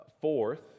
Fourth